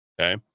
okay